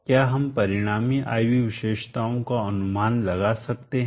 क्या हम परिणामी I V विशेषताओं का अनुमान लगा सकते हैं